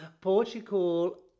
Portugal